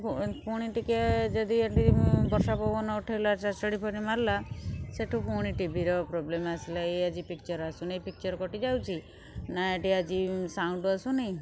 ପୁ ପୁଣି ଟିକେ ଯଦି ଏଠି ବର୍ଷା ପବନ ଉଠେଇଲା ଚଡ଼ଚଡ଼ିଫଡ଼ି ମାରିଲା ସେଠୁ ପୁଣି ଟିଭିର ପ୍ରୋବ୍ଲେମ୍ ଆସିଲା ଏଇ ଆଜି ପିକ୍ଚର୍ ଆସୁନାଇଁ ପିକ୍ଚର୍ କଟିଯାଉଛି ନାଁ ଏଠି ଆଜି ସାଉଣ୍ଡ ଆସୁନି